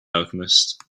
alchemist